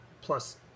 plus